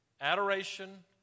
Adoration